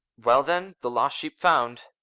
well, then, the lost sheep found.